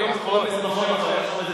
היום קוראים למקום בשם אחר.